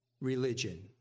religion